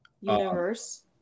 Universe